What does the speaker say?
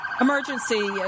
Emergency